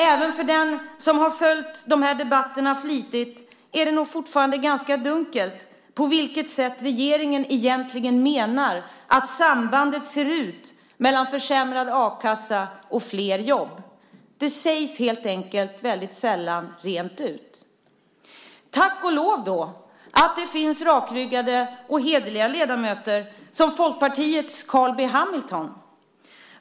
Även för den som har följt debatterna flitigt är det nog fortfarande ganska dunkelt hur regeringen menar att sambandet ser ut mellan försämrad a-kassa och flera jobb. Det sägs helt enkelt väldigt sällan rent ut. Tack och lov att det finns rakryggade och hederliga ledamöter som Folkpartiets Carl B Hamilton.